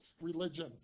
religion